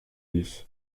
dix